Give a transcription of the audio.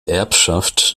erbschaft